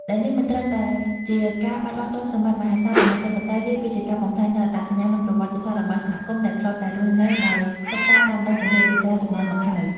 ដែលនេះមិនត្រឹមតែជាការបាត់បង់ទ្រព្យសម្បត្តិមហាសាលប៉ុណ្ណោះទេ ប៉ុន្តែវាក៏ជាការបំផ្លាញនូវអត្តសញ្ញាណ និងប្រវត្តិសាស្ត្ររបស់សហគមន៍ដែលធ្លាប់តែរស់នៅដោយសុខសាន្តតាមដងទន្លេជាច្រើនជំនាន់មកហើយ។